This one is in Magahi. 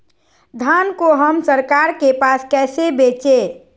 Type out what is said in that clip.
धान को हम सरकार के पास कैसे बेंचे?